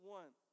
one